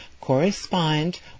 correspond